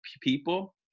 people